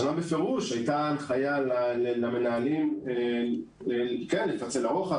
השנה בפירוש הייתה הנחיה למנהלים לפצל לרוחב,